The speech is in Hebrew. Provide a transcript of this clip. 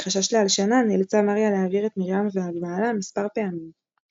מחשש להלשנה נאלצה מריה להעביר את מרים ובעלה מספר פעמים.